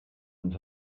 ens